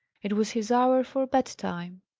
it was his hour for bed time.